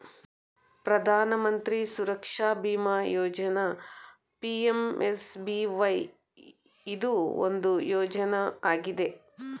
ಪ್ರಧಾನ ಮಂತ್ರಿ ಸುರಕ್ಷಾ ಬಿಮಾ ಯೋಜ್ನ ಪಿ.ಎಂ.ಎಸ್.ಬಿ.ವೈ ಇದು ಒಂದು ಯೋಜ್ನ ಆಗಿದೆ